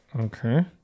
Okay